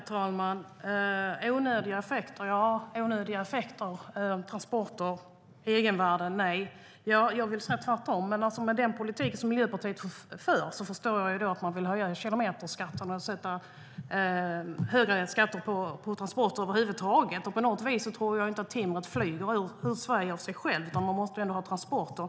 Herr talman! Onödiga effekter, transporter och egenvärde - nej, jag vill säga tvärtom. Med den politik Miljöpartiet för förstår jag att man vill höja kilometerskatterna och höja skatterna på transporter över huvud taget. På något vis tror jag inte att timret flyger ut ur Sverige av sig självt, utan man måste ha transporter.